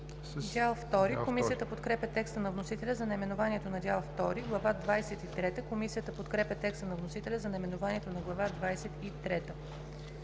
Дял втори. Комисията подкрепя текста на вносителя за наименованието на Дял втори. Комисията подкрепя текста на вносителя за наименованието на Глава